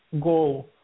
go